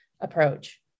approach